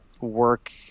work